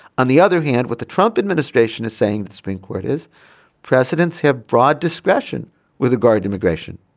on the other hand with the trump administration is saying the supreme court is precedents have broad discretion with the guard immigration.